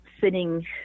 sitting